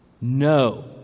no